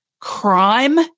crime